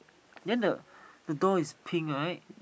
then the the door is pink right